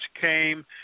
came